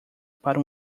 para